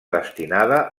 destinada